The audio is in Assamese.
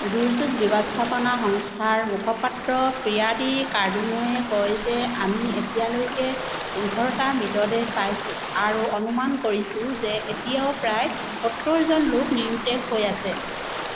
দুৰ্যোগ ব্যৱস্থাপনা সংস্থাৰ মুখপাত্ৰ প্ৰিয়াদি কাৰ্ডোনোৱে কয় যে আমি এতিয়ালৈকে পোন্ধৰটা মৃতদেহ পাইছোঁ আৰু অনুমান কৰিছোঁ যে এতিয়াও প্ৰায় সত্তৰজন লোক নিৰুদ্দেশ হৈ আছে